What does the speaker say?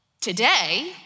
today